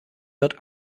wird